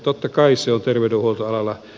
totta kai se on terveydenhuoltoalalla